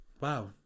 wow